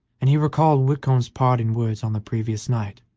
and he recalled whitcomb's parting words on the previous night